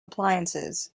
appliances